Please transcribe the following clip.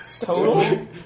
Total